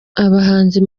abahanzi